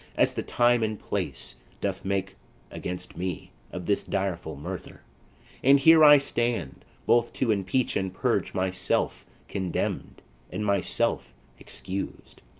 as the time and place doth make against me, of this direful murther and here i stand, both to impeach and purge myself condemned and myself excus'd.